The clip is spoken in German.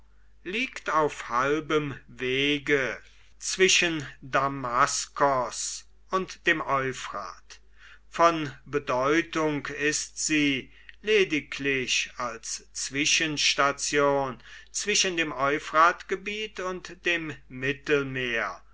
liegt auf halbem wege zwischen damaskos und dem euphrat von bedeutung ist sie lediglich als zwischenstation zwischen dem euphratgebiet und dem mittelmeer